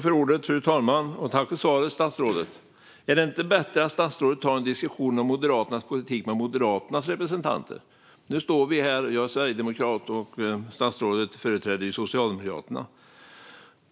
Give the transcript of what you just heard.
Fru talman! Tack för svaret, statsrådet! Är det inte bättre att statsrådet tar en diskussion om Moderaternas politik med Moderaternas representanter? Nu står vi här, jag som är sverigedemokrat och statsrådet som ju företräder Socialdemokraterna,